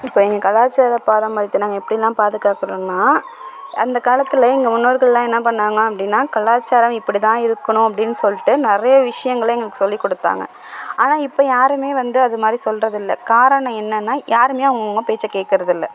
இப்போ எங்கள் கலாச்சார பாரம்பரியத்தை நாங்கள் எப்படி எல்லாம் பாதுகாக்கிறோம்னா அந்த காலத்தில் எங்கள் முன்னோர்கள்லாம் என்ன பண்ணாங்க அப்படினா கலாச்சாரம் இப்படி தான் இருக்கணும் அப்படினு சொல்லிட்டு நிறைய விஷயங்களை எங்களுக்கு சொல்லி கொடுத்தாங்க ஆனால் இப்போ யாரும் வந்து அதுமாதிரி வந்து சொல்கிறது இல்லை காரணம் என்னனா யாரும் அவங்கவுங்க பேச்சை கேக்கிறது இல்லை